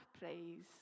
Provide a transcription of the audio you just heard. please